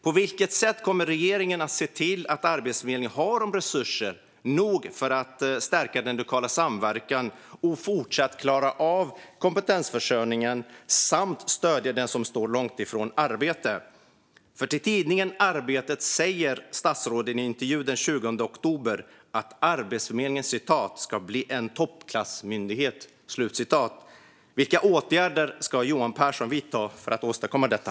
På vilket sätt kommer regeringen att se till att Arbetsförmedlingen har resurser nog för att stärka den lokala samverkan och fortsatt klara av kompetensförsörjningen samt stödja den som står långt ifrån arbete? Till tidningen Arbetet säger statsrådet i en intervju den 20 oktober att "Arbetsförmedlingen ska bli en toppklassmyndighet". Vilka åtgärder ska Johan Pehrson vidta för att åstadkomma detta?